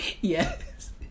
Yes